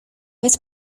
vez